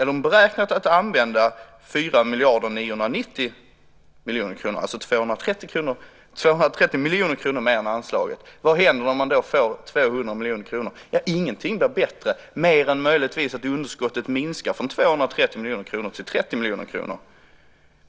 De beräknade att använda 4 990 miljoner kronor. Det är 230 miljoner mer än anslaget. Vad händer när man får 200 miljoner kronor? Ingenting blir bättre mer än möjligtvis att underskottet minskar från 230 miljoner kronor till 30 miljoner kronor.